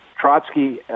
Trotsky